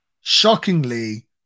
shockingly